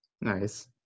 Nice